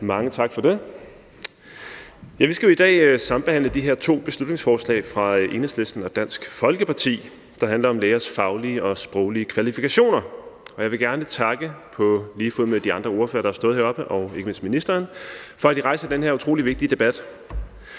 Mange tak for det. Vi skal jo i dag sambehandle de her to beslutningsforslag fra Enhedslisten og Dansk Folkeparti, der handler om lægers faglige og sproglige kvalifikationer, og jeg vil gerne på lige fod med de andre ordførere, der har stået heroppe, takke, ikke mindst ministeren, for, at de rejser den her utrolig vigtige debat.